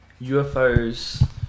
UFOs